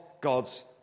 God's